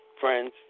friends